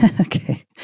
Okay